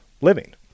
living